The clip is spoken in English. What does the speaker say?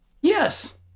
Yes